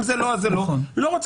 אם לא אז זה לא.